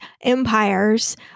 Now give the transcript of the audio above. empires